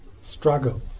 struggle